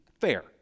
Fair